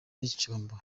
n’icyombo